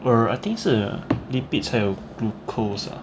err I think 是 ah lipids 还有 glucose ah